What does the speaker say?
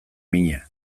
mina